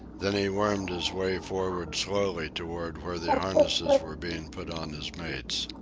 then he wormed his way forward slowly toward where the harnesses were being put on his mates.